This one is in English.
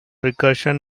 recursion